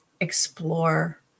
explore